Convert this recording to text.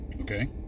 Okay